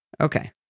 Okay